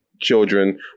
children